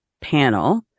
panel